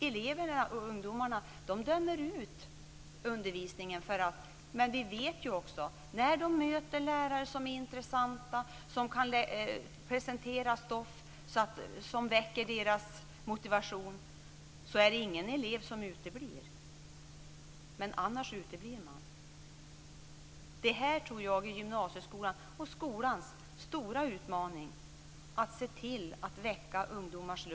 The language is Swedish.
Eleverna - ungdomarna - dömer ut undervisningen. Vi vet också att inga elever uteblir om de möter lärare som är intressanta och som kan presentera stoff som väcker deras motivation. Om det inte sker uteblir man. Att se till att väcka ungdomars lust att lära tror jag är gymnasieskolans och hela skolans stora utmaning.